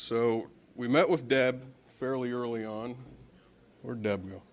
so we met with deb fairly early on or